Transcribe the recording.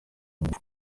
ngufu